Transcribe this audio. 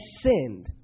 sinned